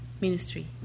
ministry